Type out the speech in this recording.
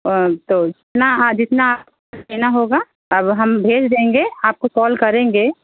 और तो ना आ जितना लेना होगा अब हम भेज देंगे आपको कॉल करेंगे